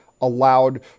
allowed